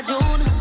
June